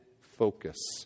focus